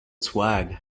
swag